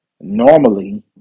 normally